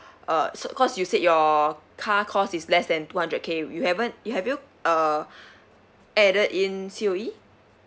uh cause you said your car cost is less than two hundred K you haven't have you uh added in C_O_E